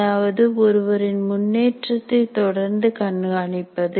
அதாவது ஒருவரின் முன்னேற்றத்தை தொடர்ந்து கண்காணிப்பது